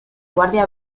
guardia